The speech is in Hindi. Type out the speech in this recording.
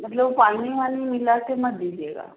मलतब वो पानी वानी मिला कर मत दीजिएगा